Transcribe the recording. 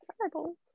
terrible